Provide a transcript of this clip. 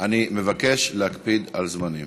אני מבקש להקפיד על זמנים.